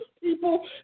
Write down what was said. people